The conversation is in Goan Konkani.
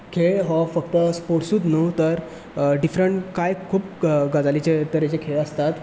खेळ हो फकत स्पोर्ट्सूच न्हू तर डिफरंट कांय खूब गजाली तरेचे खेळ आसतात